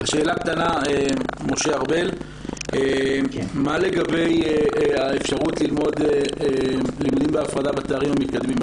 שאלה קטנה: מה לגבי האפשרות ללמוד לימודים בהפרדה בתארים המתקדמים,